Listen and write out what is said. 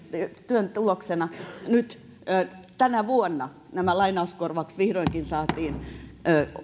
työn tuloksena nyt tänä vuonna nämä lainauskorvaukset vihdoinkin saatiin